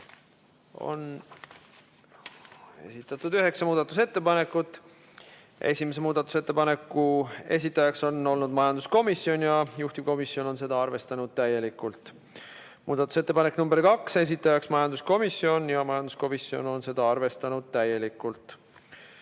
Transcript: on esitatud üheksa muudatusettepanekut. Esimese muudatusettepaneku esitaja on olnud majanduskomisjon ja juhtivkomisjon on seda arvestanud täielikult. Muudatusettepanek nr 2, esitajaks majanduskomisjon ja majanduskomisjon on seda arvestanud täielikult.